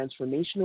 transformational